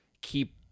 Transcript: keep